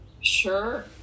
Sure